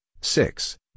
six